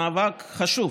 מאבק חשוב.